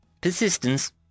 Persistence